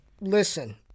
listen